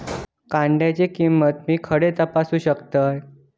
कांद्याची किंमत मी खडे तपासू शकतय?